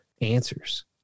answers